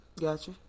Gotcha